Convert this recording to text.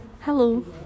Hello